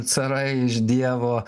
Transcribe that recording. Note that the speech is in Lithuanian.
carai iš dievo